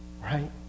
right